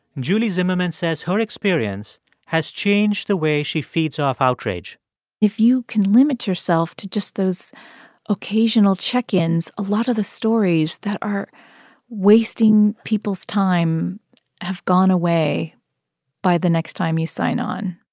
julie zimmerman says her experience has changed the way she feeds off outrage if you can limit yourself to just those occasional check-ins, a lot of the stories that are wasting people's time have gone away by the next time you sign on